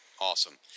Awesome